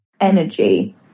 energy